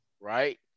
right